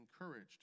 encouraged